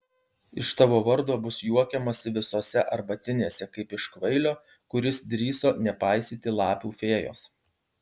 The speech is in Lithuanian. iš tavo vardo bus juokiamasi visose arbatinėse kaip iš kvailio kuris drįso nepaisyti lapių fėjos